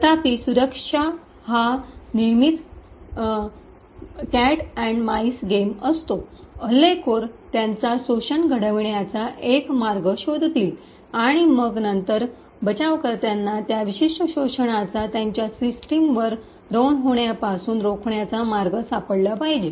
तथापि सुरक्षा हा नेहमीच मांजर आणि उंदराचा गेम असतो हल्लेखोर अटैकर - attacker त्यांचा शोषण घडविण्याचा एक मार्ग शोधतील आणि मग नंतर बचावकर्त्यांना त्या विशिष्ट शोषणाचा त्यांच्या सिस्टमवर रन होण्यापासून रोखण्याचा मार्ग सापडला पाहिजे